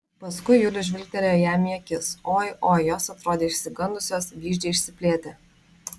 paskui julius žvilgtelėjo jam į akis oi oi jos atrodė išsigandusios vyzdžiai išsiplėtę